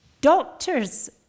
Doctors